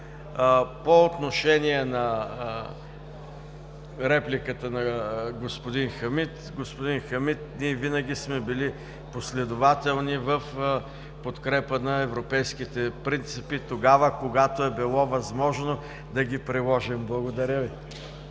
По отношение на репликата на господин Хамид – господин Хамид, ние винаги сме били последователни в подкрепа на европейските принципи тогава, когато е било възможно да ги приложим. Благодаря Ви.